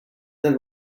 then